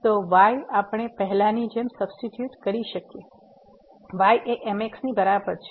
તો y આપણે પહેલાની જેમ સબસ્ટીટ્યુટ કરી શકીએ y એ mx ની બરાબર છે